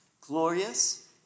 glorious